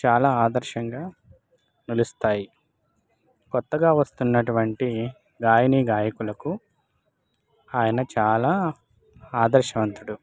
చాలా ఆదర్శంగా నిలుస్తాయి కొత్తగా వస్తున్నటువంటి గాయని గాయకులకు ఆయన చాలా ఆదర్శవంతుడు